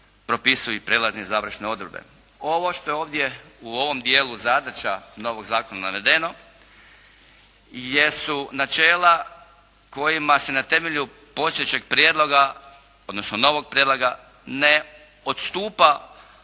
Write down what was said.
propisuju i prijelazne i završne odredbe. Ovo što je ovdje u ovom dijelu zadaća novog zakona navedeno jesu načela kojima se na temelju postojećeg prijedloga, odnosno novog prijedloga ne odstupa